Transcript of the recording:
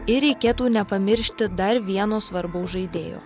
ir reikėtų nepamiršti dar vieno svarbaus žaidėjo